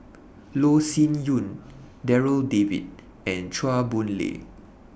Loh Sin Yun Darryl David and Chua Boon Lay